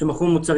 לא,